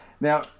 Now